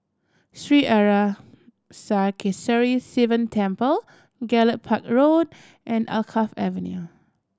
Sri Arasakesari Sivan Temple Gallop Park Road and Alkaff Avenue